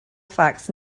facts